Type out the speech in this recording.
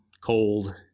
cold